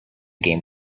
game